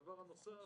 בנוסף,